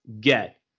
get